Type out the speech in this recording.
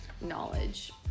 knowledge